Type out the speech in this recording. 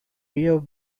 rear